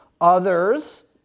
Others